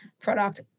product